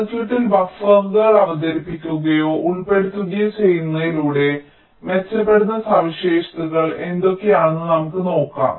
സർക്യൂട്ടിൽ ബഫറുകൾ അവതരിപ്പിക്കുകയോ ഉൾപ്പെടുത്തുകയോ ചെയ്യുന്നതിലൂടെ മെച്ചപ്പെടുന്ന സവിശേഷതകൾ എന്തൊക്കെയാണെന്ന് നമുക്ക് നോക്കാം